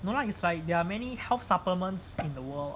no lah it's like there are many health supplements in the world